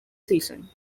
season